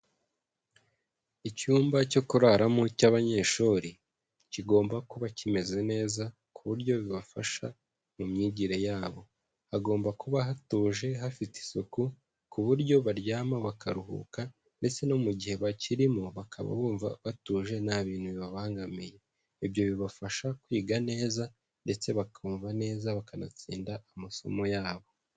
Icyumba cyo kuraramo cy'abanyeshuri, kigomba kuba kimeze neza, ku buryo bibafasha mu myigire yabo. Hagomba kuba hatuje, hafite isuku, ku buryo baryama bakaruhuka, ndetse no mu gihe bakirimo bakaba bumva batuje nta bintu bibabangamiye. Ibyo bibafasha kwiga neza, ndetse bakumva neza bakanatsinda amasomo yabo.